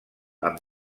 amb